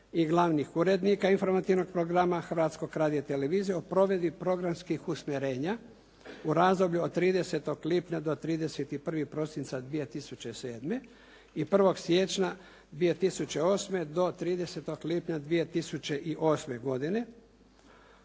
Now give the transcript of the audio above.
i glavnih urednika informativnog programa Hrvatskog radia i televizije o provedbi programskih usmjerenja u razdoblju od 30. lipnja do 31. prosinca 2007. i 1. siječnja 2008. do 30. lipnja 2008. godine.